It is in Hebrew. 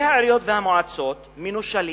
ראשי העיריות והמועצות מנושלים,